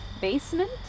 basement